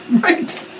Right